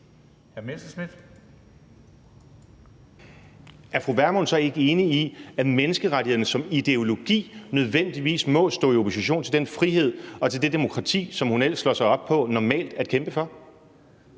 Pernille Vermund så ikke enig i, at menneskerettighederne som ideologi nødvendigvis må stå i opposition til den frihed og til det demokrati, som hun ellers normalt slår sig op på at kæmpe for?